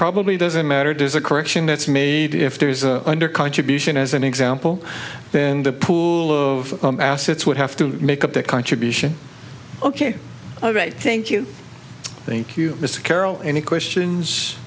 probably doesn't matter it is a correction that's made if there is a under contribution as an example then the pool of assets would have to make up their contribution ok all right thank you thank you mr carroll any questions